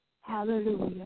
Hallelujah